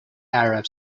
arab